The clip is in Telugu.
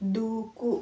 దూకు